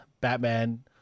batman